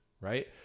right